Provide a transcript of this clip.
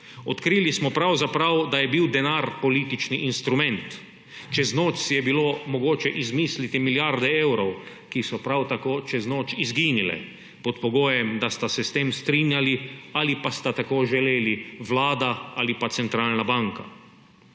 Odkrili smo pravzaprav, da je bil denar politični instrument, čez noč si je bilo mogoče izmisliti milijarde evrov, ki so prav tako čez noč izginile pod pogojem, da je se s tem strinjala ali pa je tako želela Vlada ali pa centralna banka.